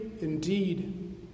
indeed